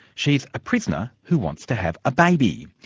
she's a prisoner who wants to have a baby.